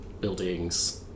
buildings